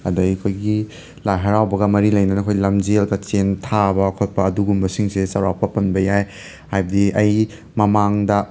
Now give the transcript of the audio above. ꯑꯗꯒꯤ ꯑꯩꯈꯣꯏꯒꯤ ꯂꯥꯏ ꯍꯔꯥꯎꯕꯒ ꯃꯔꯤ ꯂꯩꯅꯅ ꯑꯩꯈꯣꯏ ꯂꯝꯖꯦꯜꯒ ꯆꯦꯟ ꯊꯥꯕ ꯈꯣꯠꯄ ꯑꯗꯨꯒꯨꯝꯕꯁꯤꯡꯁꯦ ꯆꯥꯎꯔꯥꯛꯄ ꯄꯟꯕ ꯌꯥꯏ ꯍꯥꯏꯕꯗꯤ ꯑꯩ ꯃꯃꯥꯡꯗ